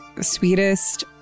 sweetest